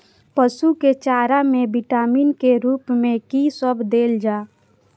पशु के चारा में विटामिन के रूप में कि सब देल जा?